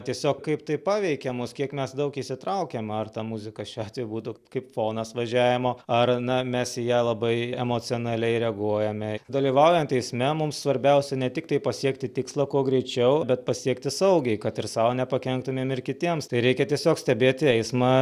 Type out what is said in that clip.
tiesiog kaip tai paveikia mus kiek mes daug įsitraukiam ar ta muzika šiuo atveju būtų kaip fonas važiavimo ar na mes į ją labai emocionaliai reaguojame dalyvaujant eisme mums svarbiausia ne tiktai pasiekti tikslą kuo greičiau bet pasiekti saugiai kad ir sau nepakenktumėm ir kitiems tai reikia tiesiog stebėti eismą